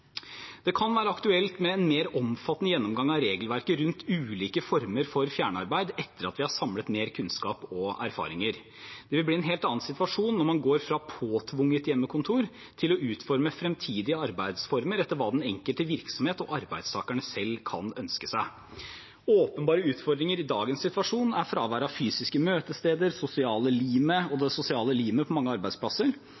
Det kan være aktuelt med en mer omfattende gjennomgang av regelverket rundt ulike former for fjernarbeid etter at vi har samlet mer kunnskap og erfaringer. Det blir en helt annen situasjon når man går fra påtvunget hjemmekontor til å utforme fremtidige arbeidsformer etter hva den enkelte virksomhet og arbeidstakerne selv kan ønske seg. Åpenbare utfordringer i dagens situasjon er fraværet av fysiske møtesteder og det sosiale limet